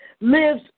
lives